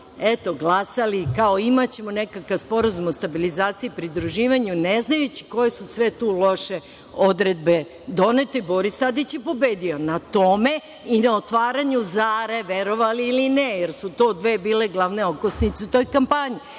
eto glasali, kao imaćemo nekakav Sporazum o stabilizaciji i pridruživanju, neznajući koje su sve tu loše odredbe donete i Boris Tadić je pobedio na tome i na otvaranju„Zare“, verovali ili ne, jer su to dve bile okosnice u toj kampanji.